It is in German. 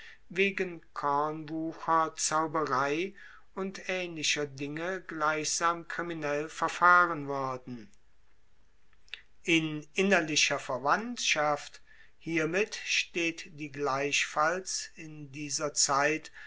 wegen kornwucher zauberei und aehnlicher dinge gleichsam kriminell verfahren worden in innerlicher verwandtschaft hiermit steht die gleichfalls in dieser zeit